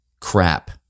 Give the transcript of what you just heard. crap